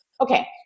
Okay